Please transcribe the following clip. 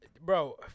Bro